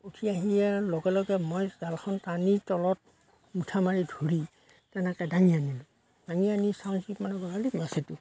উঠি আহি আৰু লগে লগে মই জালখন টানি তলত মুঠা মাৰি ধৰি তেনেকৈ দাঙি আনিলোঁ দাঙি আনি চাওঁ যে মানে সাংঘাতিক মাছ এইটো